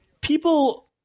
people